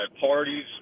parties